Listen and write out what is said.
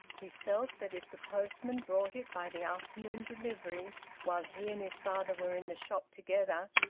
he felt that if the postman brought it by the afternoon delivery while he and his father were in the shop together,